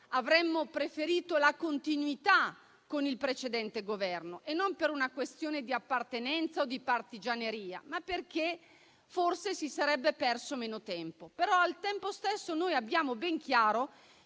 Avremmo preferito una continuità con il precedente Governo, e non per una questione di appartenenza o di partigianeria, ma perché forse si sarebbe perso meno tempo. Al tempo stesso, però, noi abbiamo ben chiaro